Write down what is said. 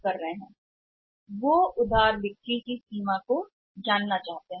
उन्हें यह जानना चाहिए कि क्रेडिट बिक्री की सीमा क्या है